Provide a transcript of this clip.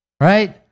right